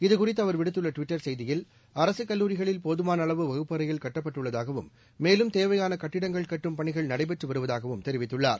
இது குறித்து அவர் விடுத்துள்ள டுவிட்டர் செய்தியில் அரசு கல்லூரிகளில் போதுமான அளவு வகுப்பறைகள் கட்டப்பட்டுள்ளதாகவும் மேலும் தேவையான கட்டிடங்கள் கட்டும் பணிகள் நடைபெற்று வருவதாகவும் தெரிவித்துள்ளார்